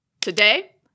today